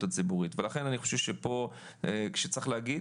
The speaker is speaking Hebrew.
הציבורית ולכן אני חושב שפה כשצריך להגיד,